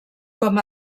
com